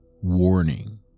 Warning